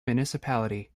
municipality